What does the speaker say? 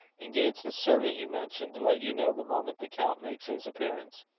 engage the servant you mention to let you know, the moment the count makes his appearance.